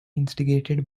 instigated